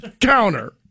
counter